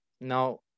Now